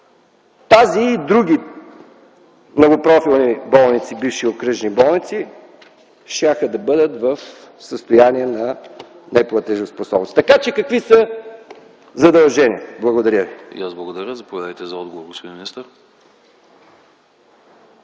тази и други многопрофилни болници - бивши окръжни болници, щяха да бъдат в състояние на неплатежоспособност. Така че, какви са задълженията? Благодаря.